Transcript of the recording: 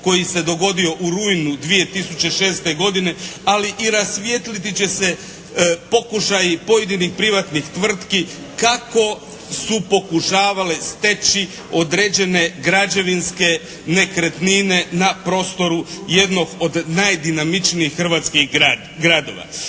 koji se dogodio u rujnu 2006. godine, ali i rasvijetliti će se pokušaj privatnih tvrtki kako su pokušavale steći određene građevinske nekretnine na prostoru jednog od najdinamičnijih hrvatskih gradova.